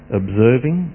observing